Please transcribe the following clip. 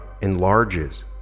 enlarges